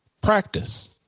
practice